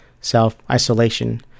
self-isolation